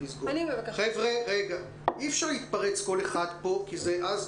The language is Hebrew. --- אי אפשר להתפרץ כי אי-אפשר